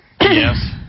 Yes